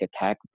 attack